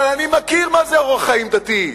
אבל אני מכיר מה זה אורח חיים דתי.